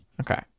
Okay